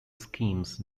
schemes